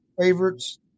favorites